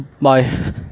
Bye